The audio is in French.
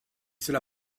cela